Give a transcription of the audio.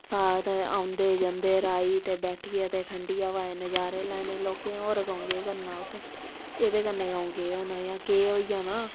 साथ औंदे जंदे राही ते बैठियै ते ठंडी हवा दे नजारे लैने लोकें होर कदूं केह् करना उत्थै एह्दे कन्नै कदूं केह् होना जां केह् होई जाना